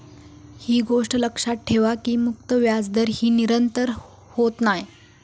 ही गोष्ट लक्षात ठेवा की मुक्त व्याजदर ही निरंतर होत नाय